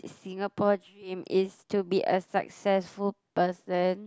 Singapore dream is to be a successful person